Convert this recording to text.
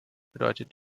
bedeutet